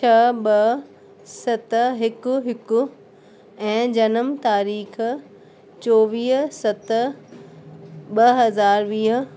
छह ॿ सत हिकु हिकु ऐं जनम तारीख़ु चोवीह सत ॿ हज़ार वीह